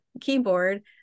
keyboard